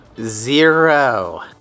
zero